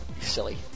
Silly